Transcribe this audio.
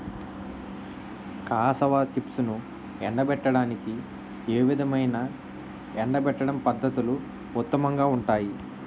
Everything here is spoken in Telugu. కాసావా చిప్స్ను ఎండబెట్టడానికి ఏ విధమైన ఎండబెట్టడం పద్ధతులు ఉత్తమంగా ఉంటాయి?